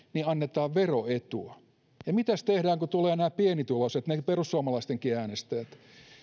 annetaan veroetua ja mitäs tehdään kun tulevat nämä pienituloiset ne perussuomalaistenkin äänestäjät